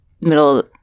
middle